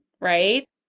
right